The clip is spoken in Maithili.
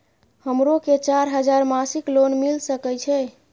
हमरो के चार हजार मासिक लोन मिल सके छे?